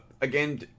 again